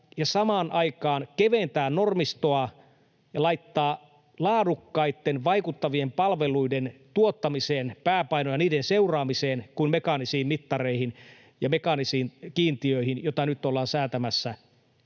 samaan aikaan keventää normistoa ja laittaa pääpaino mieluummin laadukkaitten vaikuttavien palveluiden tuottamiseen ja niiden seuraamiseen kuin mekaanisiin mittareihin ja mekaanisiin kiintiöihin, joita nyt ollaan säätämässä.